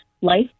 life